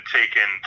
taken